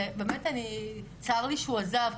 שבאמת צר לי שהוא עזב,